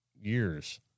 years